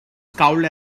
scowled